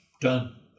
done